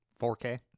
4K